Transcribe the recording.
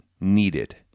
needed